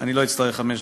אני לא אצטרך חמש דקות.